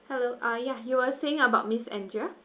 hello ah ya you were saying about miss andrea